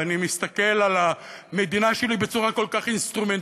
ואני מסתכל על המדינה שלי בצורה כל כך אינסטרומנטלית,